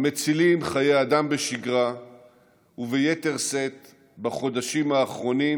המצילים חיי אדם בשגרה וביתר שאת בחודשים האחרונים,